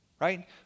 right